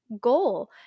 goal